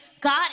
God